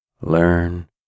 learn